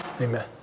Amen